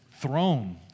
throne